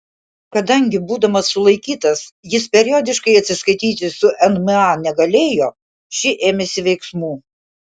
kadangi būdamas sulaikytas jis periodiškai atsiskaityti su nma negalėjo ši ėmėsi veiksmų